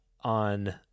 on